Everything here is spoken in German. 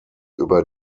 über